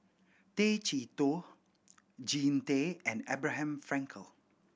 Tay Chee Toh Jean Tay and Abraham Frankel